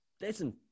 listen